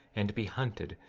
and be hunted,